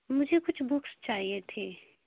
مجھے کچھ بکس چاہیے تھی